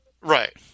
Right